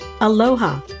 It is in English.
Aloha